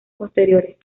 posteriores